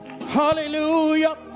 Hallelujah